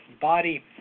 body